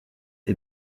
est